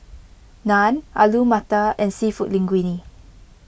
Naan Alu Matar and Seafood Linguine